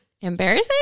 embarrassing